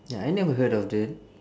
ya I never heard of that